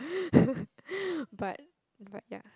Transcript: but but yeah